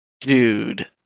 Dude